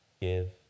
give